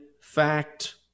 fact